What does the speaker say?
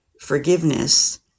forgiveness